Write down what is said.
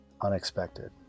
unexpected